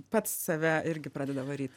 pats save irgi pradeda varyt